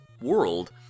world